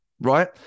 right